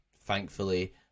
thankfully